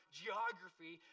geography